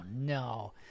no